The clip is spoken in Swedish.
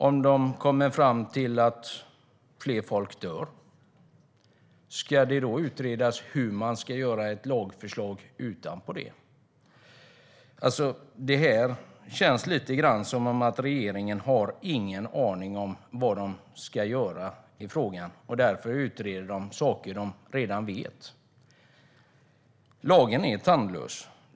Om utredningen kommer fram till att fler dör, ska det då utredas hur man ska utforma ett lagförslag utanpå det? Lagen är tandlös.